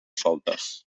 soltes